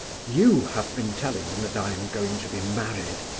you have been telling them that i am going to be married!